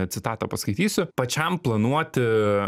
citatą paskaitysiu pačiam planuoti